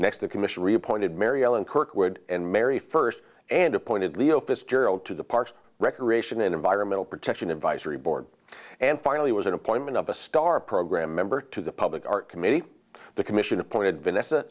next the commission reappointed mary ellen kirkwood and mary first and appointed leo fitzgerald to the parks recreation and environmental protection advisory board and finally was an appointment of a star program member to the public art committee the commission appointed vanessa